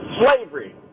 slavery